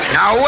Now